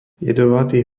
jedovatý